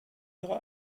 ihre